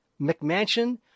McMansion